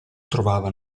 trovava